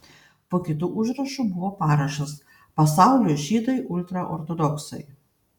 po kitu užrašu buvo parašas pasaulio žydai ultraortodoksai